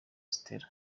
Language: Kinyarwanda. stella